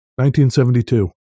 1972